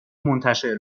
منتشر